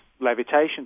levitation